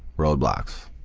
roadblocks.